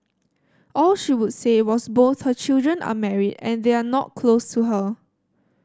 all she would say was both her children are married and they are not close to her